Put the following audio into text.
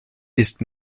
ist